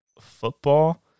football